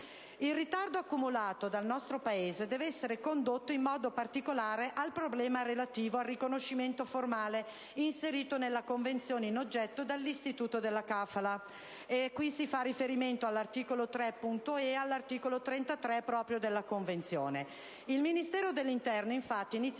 Il ritardo accumulato dal nostro Paese deve essere ricondotto in modo particolare al problema relativo al riconoscimento formale, inserito nella Convenzione in questione, dell'istituto della *kafala*. Qui si fa riferimento articolo 3, punto *e)*, e all'articolo 33 proprio della Convenzione. Il Ministero dell'interno, infatti,